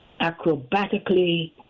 acrobatically